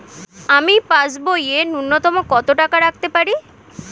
আমি পাসবইয়ে ন্যূনতম কত টাকা রাখতে পারি?